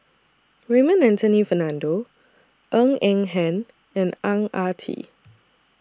Raymond Anthony Fernando Ng Eng Hen and Ang Ah Tee